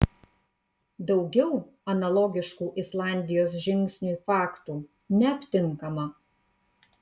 daugiau analogiškų islandijos žingsniui faktų neaptinkama